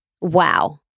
Wow